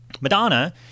Madonna